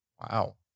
Wow